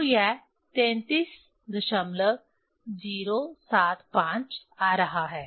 तो यह 33075 आ रहा है